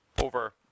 over